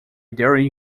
darren